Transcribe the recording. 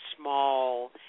small